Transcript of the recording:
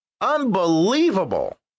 unbelievable